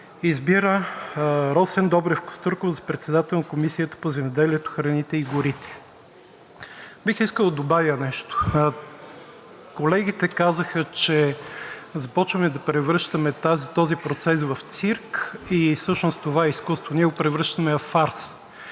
Избира Росен Добрев Костурков за председател на Комисията по земеделието, храните и горите.“ Бих искал да добавя нещо. Колегите казаха, че започваме да превръщаме този процес в цирк, а всъщност това е изкуство – ние го превръщаме във фарс,